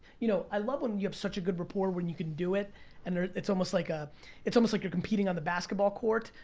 you know, i love when you have such a good rapport when you can do it and it's almost like ah it's almost like you're competing on the basketball court.